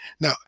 Now